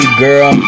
girl